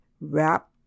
wrap